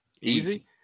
Easy